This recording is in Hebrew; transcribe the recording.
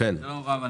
מפוקחת לבני נוער.